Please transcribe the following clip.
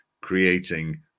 creating